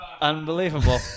Unbelievable